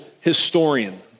historian